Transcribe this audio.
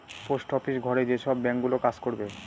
post office ঘরে যেসব bank গুলো কাজ করবে